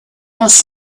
must